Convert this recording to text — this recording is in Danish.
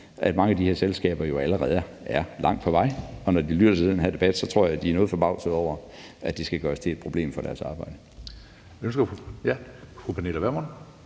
at mange af de her selskaber jo allerede er godt på vej, og når de lytter til den her debat, så tror jeg også, at de er noget forbavsede over, at det skal gøres til et problem for deres arbejde.